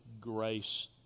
grace